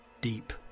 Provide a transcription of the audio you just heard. deep